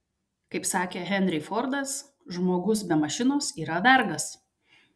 kaip sakė henry fordas žmogus be mašinos yra vergas